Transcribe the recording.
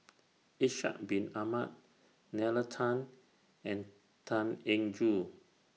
Ishak Bin Ahmad Nalla Tan and Tan Eng Joo